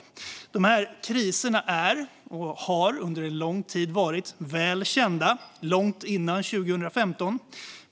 De här kriserna är och har varit väl kända under lång tid, långt före 2015.